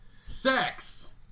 Sex